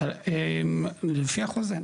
לפי החוזה.